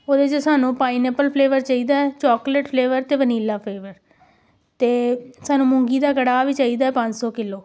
ਉਹਦੇ 'ਚ ਸਾਨੂੰ ਪਾਈਨਐਪਲ ਫਲੇਵਰ ਚਾਹੀਦਾ ਚੋਕਲੇਟ ਫਲੇਵਰ ਅਤੇ ਵਨੀਲਾ ਫਲੇਵਰ ਅਤੇ ਸਾਨੂੰ ਮੂੰਗੀ ਦਾ ਕੜਾਹ ਵੀ ਚਾਹੀਦਾ ਪੰਜ ਸੌ ਕਿਲੋ